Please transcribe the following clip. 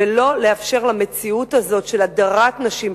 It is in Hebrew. ולא לאפשר למציאות הזאת של הדרת נשים,